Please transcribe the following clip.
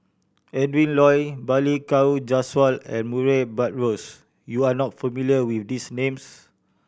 Adrin Loi Balli Kaur Jaswal and Murray Buttrose You are not familiar with these names